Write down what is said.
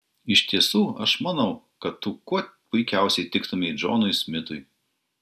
iš tiesų aš manau kad tu kuo puikiausiai tiktumei džonui smitui